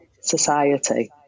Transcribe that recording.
society